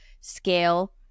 scale